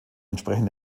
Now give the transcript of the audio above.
entsprechen